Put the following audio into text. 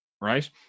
right